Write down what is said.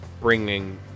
bringing